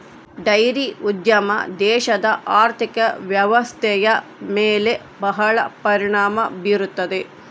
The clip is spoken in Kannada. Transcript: ಡೈರಿ ಉದ್ಯಮ ದೇಶದ ಆರ್ಥಿಕ ವ್ವ್ಯವಸ್ಥೆಯ ಮೇಲೆ ಬಹಳ ಪರಿಣಾಮ ಬೀರುತ್ತದೆ